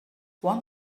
want